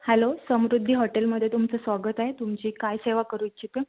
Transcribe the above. hello समृद्दी हॉटेलमध्ये तुमचं स्वागत आहे तुमची काय सेवा करू इच्छिते